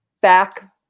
back